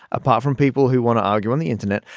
apart from people who want to argue on the internet,